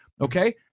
Okay